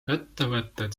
ettevõtted